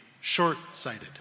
short-sighted